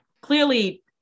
Clearly